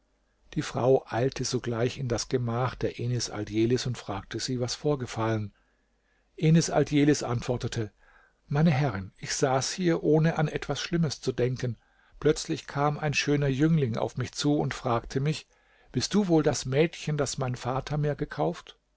die frau eilte sogleich in das gemach der enis aldjelis und fragte sie was vorgefallen enis aldjelis antwortete meine herrin ich saß hier ohne an etwas schlimmes zu denken plötzlich kam ein schöner jüngling auf mich zu und fragte mich bist du wohl das mädchen das mein vater mir gekauft